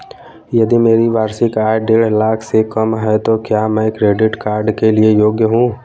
यदि मेरी वार्षिक आय देढ़ लाख से कम है तो क्या मैं क्रेडिट कार्ड के लिए योग्य हूँ?